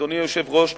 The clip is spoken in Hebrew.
אדוני היושב-ראש,